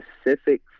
specific